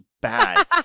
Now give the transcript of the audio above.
bad